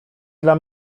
dla